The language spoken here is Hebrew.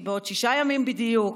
בעוד שישה ימים בדיוק,